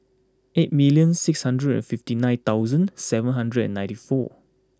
eight million six hundred and fifty nine thousand seven hundred and ninety four